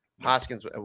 Hoskins